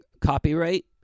Copyright